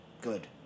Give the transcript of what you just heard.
good